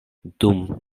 dum